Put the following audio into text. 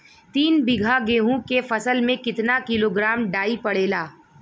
तीन बिघा गेहूँ के फसल मे कितना किलोग्राम डाई पड़ेला?